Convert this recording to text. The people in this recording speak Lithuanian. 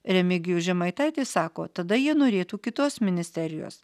remigijus žemaitaitis sako tada jie norėtų kitos ministerijos